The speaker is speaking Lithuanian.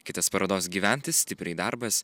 kitas parodos gyventi stipriai darbas